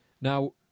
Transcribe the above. Now